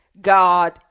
God